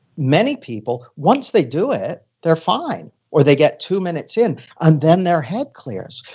many people, once they do it, they're fine, or they get two minutes in and then their head clears.